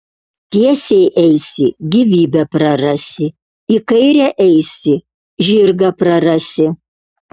tiesiai eisi gyvybę prarasi į kairę eisi žirgą prarasi